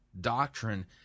doctrine